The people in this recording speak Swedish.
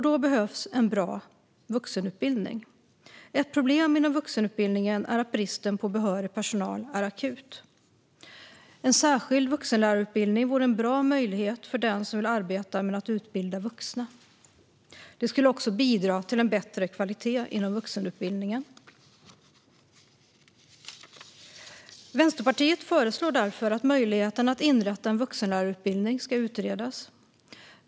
Då behövs en bra vuxenutbildning. Ett problem inom vuxenutbildningen är att bristen på behörig personal är akut. En särskild vuxenlärarutbildning vore en bra möjlighet för den som vill arbeta med att utbilda vuxna. Det skulle också bidra till en bättre kvalitet inom vuxenutbildningen. Vänsterpartiet föreslår därför att möjligheten att inrätta en vuxenlärarutbildning ska utredas.